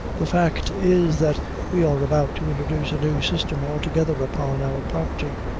the fact is, that we are about to introduce a new system altogether upon our property.